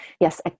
yes